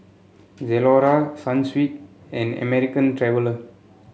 Zalora Sunsweet and American Traveller